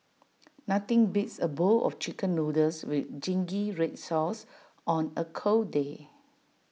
nothing beats A bowl of Chicken Noodles with Zingy Red Sauce on A cold day